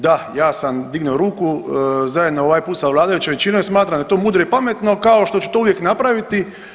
Da, ja sam dignuo ruku zajedno ovaj put sa vladajućom većino jer smatram da je to mudro i pametno kao što ću to uvijek napraviti.